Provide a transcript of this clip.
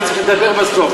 אני צריך לדבר בסוף,